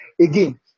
Again